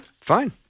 fine